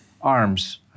arms